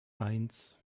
eins